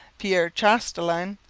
pierre chastelain,